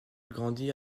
grandit